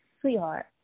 sweetheart